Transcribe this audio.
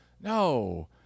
no